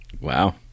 wow